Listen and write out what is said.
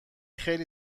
خیلی